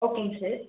ஓகேங்க சார்